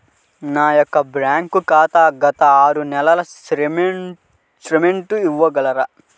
నా యొక్క బ్యాంక్ ఖాతా గత ఆరు నెలల స్టేట్మెంట్ ఇవ్వగలరా?